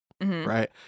right